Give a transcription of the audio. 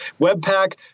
Webpack